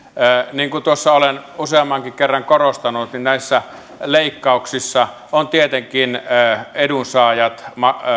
niin kuin tuossa olen useammankin kerran korostanut näissä leikkauksissa ovat tietenkin edunsaajat